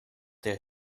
der